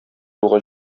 юлга